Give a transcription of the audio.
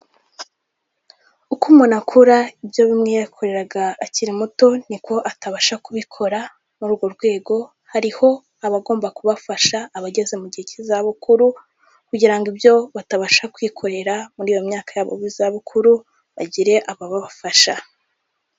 Uko umuntu akura ibyo bimwe yakoreraga akiri muto ni ko atabasha kubikora, muri urwo rwego hariho abagomba kubafasha, abageze mu gihe k'izabukuru kugira ngo ibyo batabasha kwikorera muri iyo myaka yabo y'ibizabukuru, bagire ababafasha.